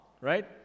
right